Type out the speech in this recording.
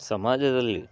ಸಮಾಜದಲ್ಲಿ